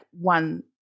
one